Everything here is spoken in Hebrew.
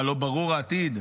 לא ברור העתיד?